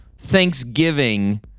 thanksgiving